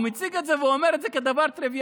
הוא מציג את זה ואומר את זה כדבר טריוויאלי,